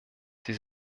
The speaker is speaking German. sie